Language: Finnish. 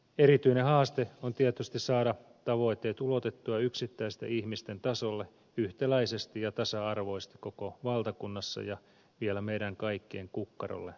erityinen haaste on tietysti saada tavoitteet ulotettua yksittäisten ihmisten tasolle yhtäläisesti ja tasa arvoisesti koko valtakunnassa ja vielä meidän kaikkien kukkarolle sopivasti